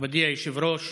מכובדי היושב-ראש,